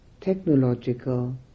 technological